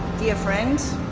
dear friends.